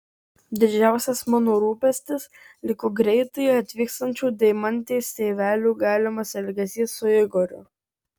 didžiausias mano rūpestis liko greitai atvykstančių deimantės tėvelių galimas elgesys su igoriu